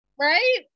right